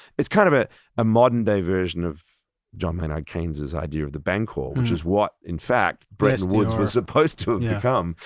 it's kind of ah a modern day version of john maynard keynes's idea of the bank hall, which is what, in fact, bretton woods was supposed to have yeah become,